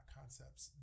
concepts